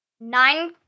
Nine